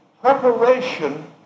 preparation